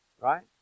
right